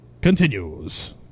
continues